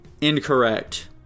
Incorrect